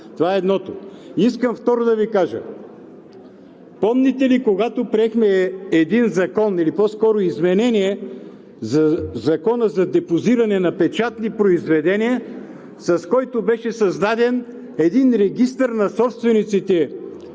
Това е едното. Искам, второ, да Ви кажа. Помните ли, когато приехме един закон, по-скоро изменение на Закона за депозиране на печатни произведения, с който беше създаден един регистър на собствениците